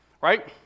right